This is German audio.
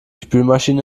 spülmaschine